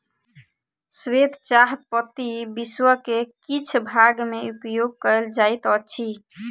श्वेत चाह पत्ती विश्व के किछ भाग में उपयोग कयल जाइत अछि